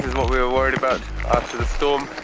is what we were worried about after the storm.